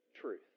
truth